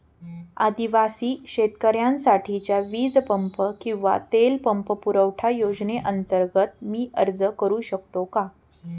आदिवासी शेतकऱ्यांसाठीच्या वीज पंप किंवा तेल पंप पुरवठा योजनेअंतर्गत मी अर्ज करू शकतो का?